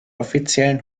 offiziellen